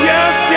Yes